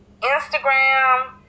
Instagram